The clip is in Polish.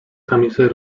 tamizy